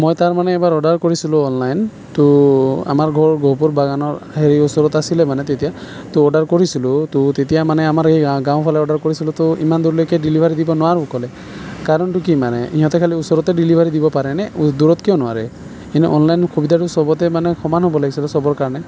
মই তাৰমানে এইবাৰ অৰ্ডাৰ কৰিছিলোঁ অনলাইন তো আমাৰ ঘৰ গহপুৰ বাগানৰ হেৰি ওচৰত আছিলে মানে তেতিয়া তো অৰ্ডাৰ কৰিছিলোঁ তো তেতিয়া মানে আমাৰ এই গাঁওফালে অৰ্ডাৰ কৰিছিলোঁ তো ইমান দূৰলৈকে ডেলিভাৰী দিব নোৱাৰো ক'লে কাৰণটো কি মানে সিহঁতে খালী ওচৰতে ডেলিভাৰী দিব পাৰে নে দূৰত কিয় নোৱাৰে কিন্তু অনলাইন সুবিধাটো চবতে মানে সমান হ'ব লাগিছিলে চবৰ কাৰণে